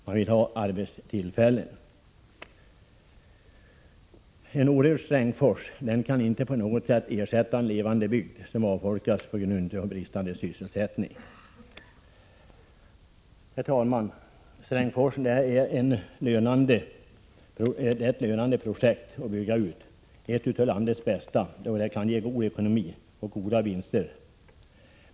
Man vill alltså få arbetstillfällen. En orörd Strängsfors kan inte på något sätt ersätta en levande bygd, som avfolkas på grund av bristande sysselsättning. Herr talman! En utbyggnad av Strängsforsen är ett lönande projekt, ett av landets bästa. Det kan ge god ekonomi och goda vinster.